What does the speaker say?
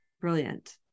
brilliant